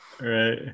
Right